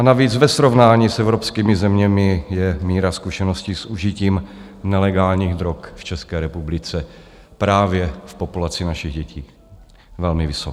Navíc ve srovnání s evropskými zeměmi je míra zkušeností s užitím nelegálních drog v České republice právě v populaci našich dětí velmi vysoká.